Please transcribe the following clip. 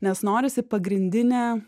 nes norisi pagrindinę